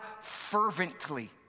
fervently